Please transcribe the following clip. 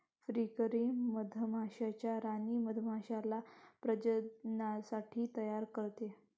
फ्रीकरी मधमाश्या राणी मधमाश्याला प्रजननासाठी तयार करते